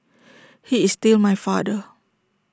he is still my father